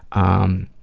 um,